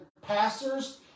pastors